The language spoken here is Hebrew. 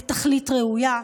לתכלית ראויה.